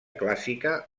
clàssica